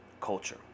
culture